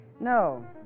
No